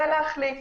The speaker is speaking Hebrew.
ולהחליט.